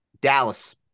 Dallas